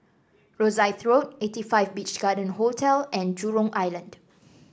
Rosyth Road eighty five Beach Garden Hotel and Jurong Island